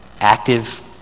active